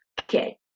okay